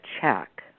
check